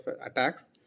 attacks